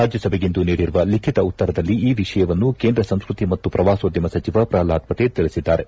ರಾಜ್ಯಸಭೆಗಿಂದು ನೀಡಿರುವ ಲಿಖಿತ ಉತ್ತರದಲ್ಲಿ ಈ ವಿಷಯವನ್ನು ಕೇಂದ್ರ ಸಂಸ್ಟೃತಿ ಮತ್ತು ಪ್ರವಾಸೋದ್ಯಮ ಸಚಿವ ಪ್ರಲ್ವಾದ್ ಪಟೇಲ್ ತಿಳಿಸಿದ್ದಾರೆ